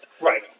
Right